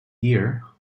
year